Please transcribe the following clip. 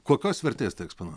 kokios vertės tai ekspona